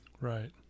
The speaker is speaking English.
right